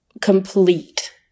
complete